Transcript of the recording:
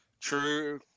true